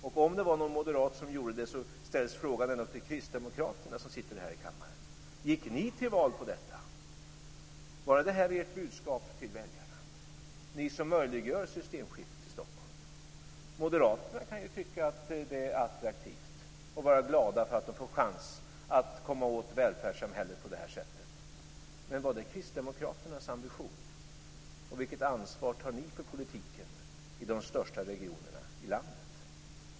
Och om det var någon moderat som gjorde det, ställs frågan ändå till de kristdemokrater som sitter här i kammaren. Gick ni till val på detta? Var detta ert budskap till väljarna? Ni möjliggör ju systemskiftet i Stockholm. Moderaterna kan ju tycka att det är attraktivt och vara glada för att de får en chans att komma åt välfärdssamhället på det här sättet. Men var det Kristdemokraternas ambition? Vilket ansvar tar ni för politiken i de största regionerna i landet?